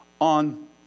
on